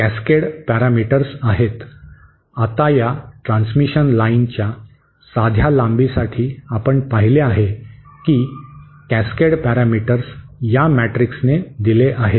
आता या ट्रान्समिशन लाइनच्या साध्या लांबीसाठी आपण पाहिले आहे की कॅसकेड पॅरामीटर्स या मॅट्रिक्सने दिले आहेत